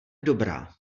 dobrá